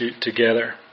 together